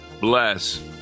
bless